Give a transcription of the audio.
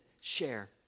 share